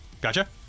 Gotcha